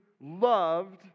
loved